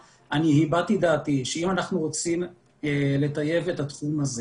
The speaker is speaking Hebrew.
הבעתי את דעתי שאם אנחנו רוצים לטייב את התחום הזה,